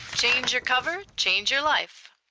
change your cover, change your life.